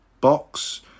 box